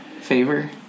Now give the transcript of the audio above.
favor